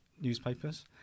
newspapers